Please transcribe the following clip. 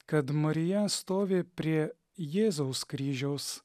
kad marija stovi prie jėzaus kryžiaus